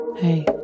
Hey